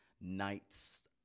nights